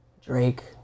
Drake